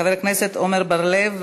חבר הכנסת עמר בר-לב.